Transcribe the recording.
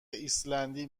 ایسلندی